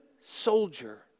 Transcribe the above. soldier